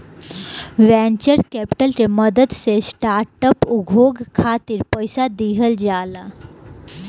venture capital के मदद से स्टार्टअप उद्योग खातिर पईसा दिहल जाला